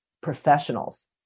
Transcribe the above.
professionals